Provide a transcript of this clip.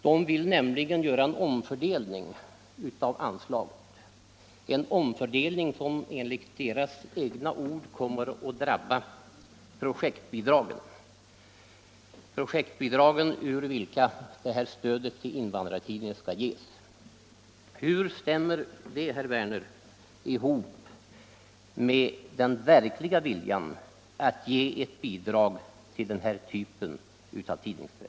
De vill nämligen göra en omfördelning av anslagen — en omfördelning som enligt deras egna ord = Riktlinjer för kommer att drabba projektbidragen, ur vilka det här stödet till invaninvandraroch drartidningarna skall ges. Hur stämmer det, herr Werner, med den verkminoritetspolitiken, liga viljan att ge ett bidrag till den här typen av tidningspress?